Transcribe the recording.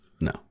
No